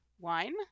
wine